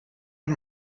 out